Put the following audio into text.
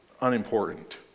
unimportant